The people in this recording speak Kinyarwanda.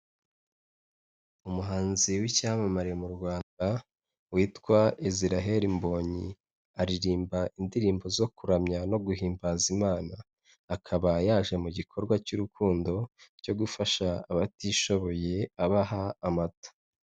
Umuhanzi w'icyamamare mu Rwanda witwa Isirayeli Mbonyi aririmba indirimbo zo kuramya no guhimbaza Imana. Akaba yaje mu gikorwa cy'urukundo cyo gufasha abatishoboye abaha amata.